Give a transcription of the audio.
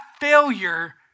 failure